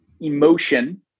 emotion